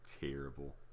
terrible